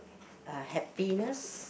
uh happiness